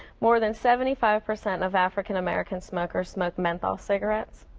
more than seventy five percent of african american smokers smoke menthol cigarettes